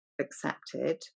accepted